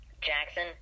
Jackson